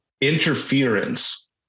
interference